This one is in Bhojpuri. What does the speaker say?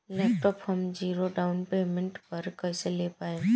लैपटाप हम ज़ीरो डाउन पेमेंट पर कैसे ले पाएम?